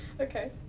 Okay